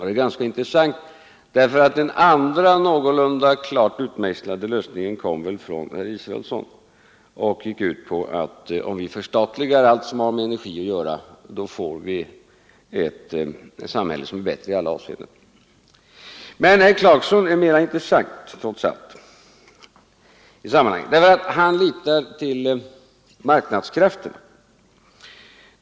Det var ganska intressant, eftersom den andra något så när klart utmejslade lösningen kom från herr Israelsson och gick ut på att om vi förstatligade allt som har med energin att göra, så får vi ett i alla avseenden bättre samhälle. Men herr Clarkson är trots allt mera intressant. Han litar till marknadskrafterna.